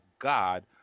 God